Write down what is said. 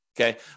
Okay